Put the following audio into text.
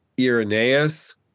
Irenaeus